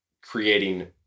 creating